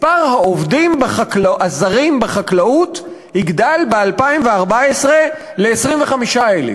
מספר העובדים הזרים בחקלאות יגדל ב-2014 ל-25,000.